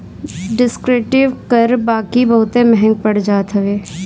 descriptive कर बाकी बहुते महंग पड़ जात हवे